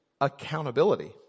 accountability